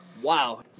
Wow